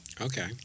Okay